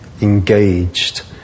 engaged